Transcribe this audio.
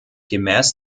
gemäß